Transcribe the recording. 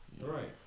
right